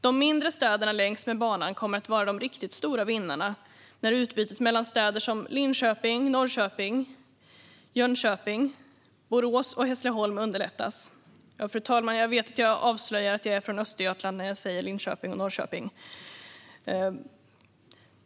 De mindre städerna längs med banan kommer att vara de riktigt stora vinnarna när utbytet mellan städer som Linköping, Norrköping, Jönköping, Borås och Hässleholm underlättas - ja, fru talman, jag vet att jag avslöjar att jag är från Östergötland när jag säger Linköping och Norrköping.